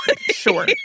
Sure